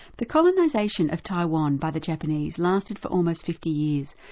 the colonisation of taiwan by the japanese lasted for almost fifty years,